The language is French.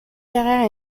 carrère